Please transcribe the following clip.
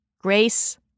Grace